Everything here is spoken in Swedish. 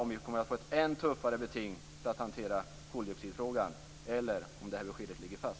Kommer vi att få ett än tuffare beting för att hantera koldioxidfrågan eller ligger det här beskedet fast?